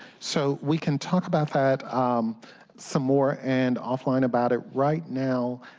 so we can talk about that some more, and off-line about it. right now,